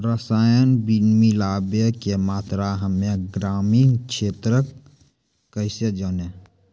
रसायन मिलाबै के मात्रा हम्मे ग्रामीण क्षेत्रक कैसे जानै?